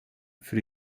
für